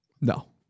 No